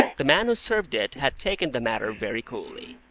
the man who served it had taken the matter very coolly.